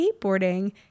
skateboarding